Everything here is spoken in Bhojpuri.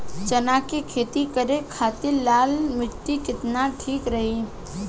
चना के खेती करे के खातिर लाल मिट्टी केतना ठीक रही?